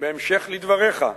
בהמשך לדבריך,